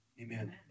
Amen